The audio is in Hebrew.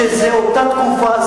שזה אותה תקופה,